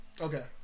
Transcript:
Okay